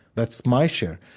that's my share.